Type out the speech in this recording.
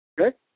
Okay